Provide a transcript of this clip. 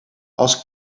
als